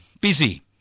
busy